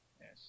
Yes